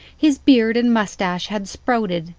his beard and moustache had sprouted,